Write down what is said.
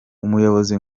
umuyobozi